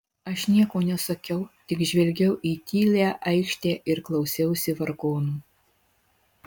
aš nieko nesakiau tik žvelgiau į tylią aikštę ir klausiausi vargonų